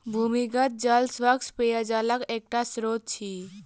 भूमिगत जल स्वच्छ पेयजलक एकटा स्त्रोत अछि